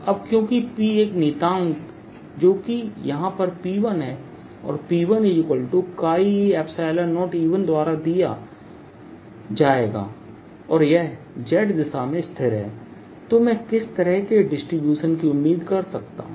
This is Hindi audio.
अब क्योंकि P एक नियतांक जो यहां पर P1 है और P1e0E1द्वारा दिया जाएगा और यह z दिशा में स्थिर है तो मैं किस तरह के डिस्ट्रीब्यूशन की उम्मीद कर सकता हूं